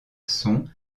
sont